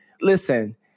Listen